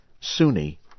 Sunni